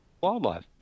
wildlife